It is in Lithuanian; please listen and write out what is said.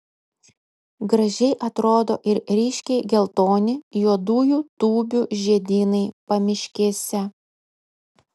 gražiai atrodo ir ryškiai geltoni juodųjų tūbių žiedynai pamiškėse